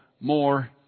more